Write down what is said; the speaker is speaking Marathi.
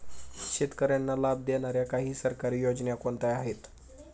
शेतकऱ्यांना लाभ देणाऱ्या काही सरकारी योजना कोणत्या आहेत?